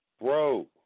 Bro